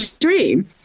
dream